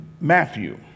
Matthew